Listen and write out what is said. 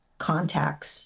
contacts